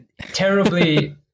terribly